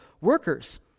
workers